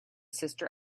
sister